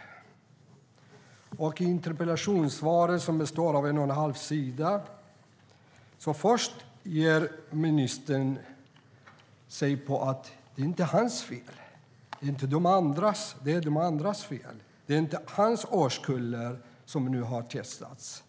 I det skriftliga interpellationssvaret, som består av en och en halv sida, ger sig ministern först på att meddela att det inte är hans fel, utan det är de andras fel. Det är inte hans årskullar som nu har testats.